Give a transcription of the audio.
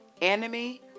enemy